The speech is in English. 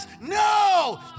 no